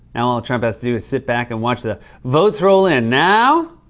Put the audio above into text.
now all trump has to do is sit back and watch the votes roll in. now,